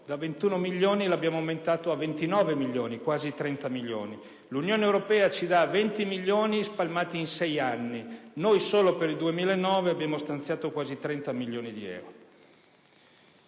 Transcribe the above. da 21 milioni li abbiamo portati a quasi 30 milioni. L'Unione europea ci dà 20 milioni spalmati in sei anni; noi, solo per il 2009, abbiamo stanziato quasi 30.000.000 di euro.